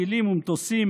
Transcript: טילים ומטוסים,